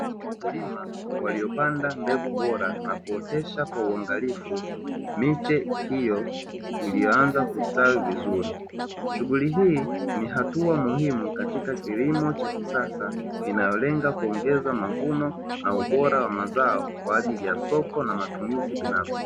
Wakulima waliopanda mbegu bora na kuotesha kwa uangalifu miche hiyo iliyoanza kustawi vizuri, shughuli hii ni hatua muhimu katika kilimo cha kisasa, inayolenga kuongeza mavuno na ubora wa mazao, kwaajili ya soko na matumizi binafsi.